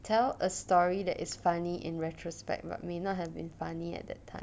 tell a story that is funny in retrospect but may not have been funny at that time